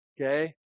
Okay